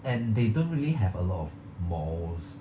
and they don't really have a lot of malls